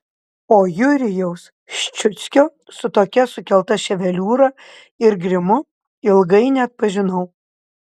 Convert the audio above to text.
o jurijaus ščiuckio su tokia sukelta ševeliūra ir grimu ilgai neatpažinau